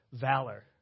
valor